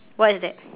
what is that